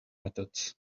methods